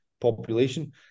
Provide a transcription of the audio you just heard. population